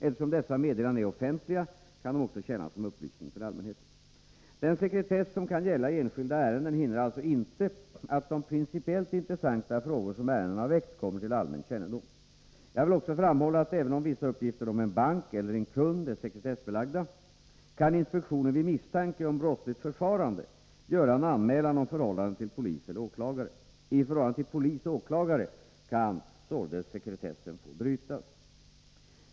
Eftersom dessa meddelanden är offentliga, kan de också tjäna som upplysning för allmänheten. Den sekretess som kan gälla i enskilda ärenden hindrar alltså inte att de principiellt intressanta frågor som ärendena har väckt kommer till allmän kännedom. Jag vill också framhålla, att även om vissa uppgifter om en bank eller en kund är sekretessbelagda, kan inspektionen vid misstanke om brottsligt förfarande göra en anmälan om förhållandet till polis eller åklagare. I förhållande till polis och åklagare kan således sekretessen få brytas.